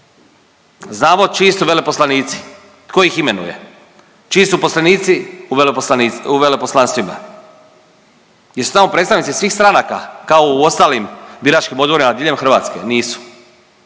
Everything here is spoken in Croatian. Znamo čiji su veleposlanici, tko ih imenuje. Čiji su veleposlanici u veleposlanstvima? Jesu tamo predstavnici svih stranaka kao u ostalim biračkim odborima diljem Hrvatske? Nisu.